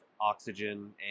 oxygen